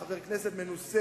חבר כנסת מנוסה.